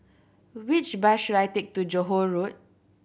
which bus should I take to Johore Road